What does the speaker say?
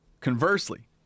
conversely